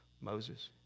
Moses